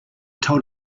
told